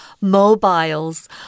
mobiles